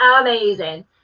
amazing